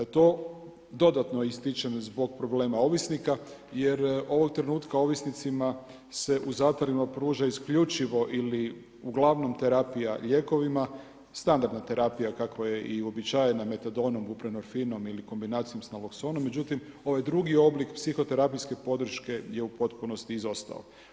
To dodatno ističem zbog problema ovisnika, jer u ovom trenutku, ovisnicima se u zatvorima pruža isključivo ili ugl. terapija lijekovima, standarda terapija, kakva je uobičajena metadonom, uprenofinom ili kombinacijom sa novoksonom, međutim, ovaj drugi oblik psihoterapijske podrške je u potpunosti izostao.